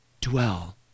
dwell